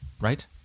right